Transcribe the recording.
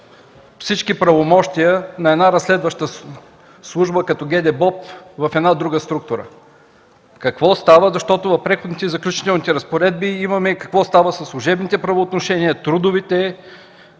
всички правомощия на една разследваща служба, като ГДБОП, в една друга структура? Какво става? В Преходните и заключителните разпоредби имаме какво става със служебните правоотношения, с трудовите,